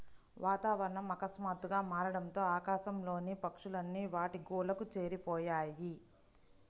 వాతావరణం ఆకస్మాతుగ్గా మారడంతో ఆకాశం లోని పక్షులు అన్ని వాటి గూళ్లకు చేరిపొయ్యాయి